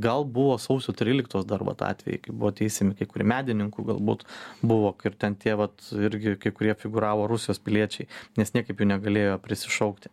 gal buvo sausio tryliktos dar vat atvejai kai buvo teisiami kai kurie medininkų galbūt buvo kur ten tie vat irgi kai kurie figūravo rusijos piliečiai nes niekaip jų negalėjo prisišaukti